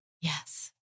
Yes